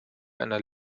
einer